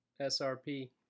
srp